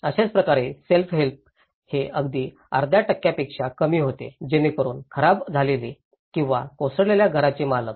अशाच प्रकारे self help हे अगदी अर्ध्या टक्क्यांपेक्षा कमी होते जेणेकरून खराब झालेले किंवा कोसळलेल्या घराचे मालक